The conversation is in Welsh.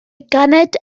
ganed